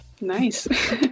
nice